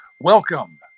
welcome